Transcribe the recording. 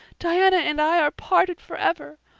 diana and i are parted forever.